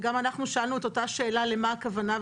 וגם אנחנו שאלנו את אותה שאלה למה הכוונה.